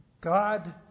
God